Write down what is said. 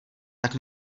tak